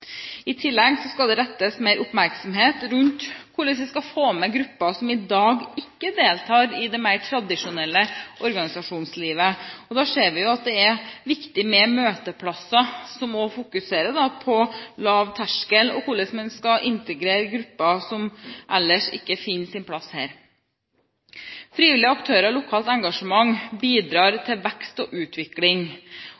I tillegg skal det rettes mer oppmerksomhet på hvordan vi skal få med grupper som i dag ikke deltar i det mer tradisjonelle organisasjonslivet. Vi ser at det er viktig med møteplasser som også fokuserer på lav terskel, og på hvordan man skal integrere grupper som ellers ikke finner sin plass her. Frivillige aktører og lokalt engasjement bidrar